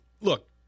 look